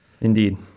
Indeed